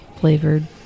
flavored